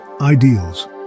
Ideals